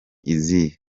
izihe